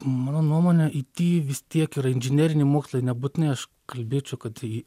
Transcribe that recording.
mano nuomone it vis tiek yra inžineriniai mokslai nebūtinai aš kalbėčiau kad tai